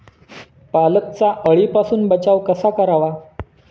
पालकचा अळीपासून बचाव कसा करावा?